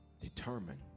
determined